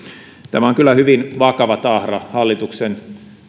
tämä on kyllä hyvin vakava tahra hallituksen